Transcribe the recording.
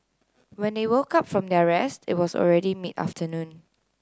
when they woke up from their rest it was already mid afternoon